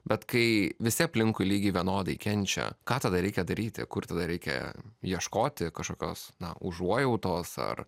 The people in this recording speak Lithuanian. bet kai visi aplinkui lygiai vienodai kenčia ką tada reikia daryti kur tada reikia ieškoti kažkokios na užuojautos ar